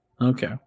Okay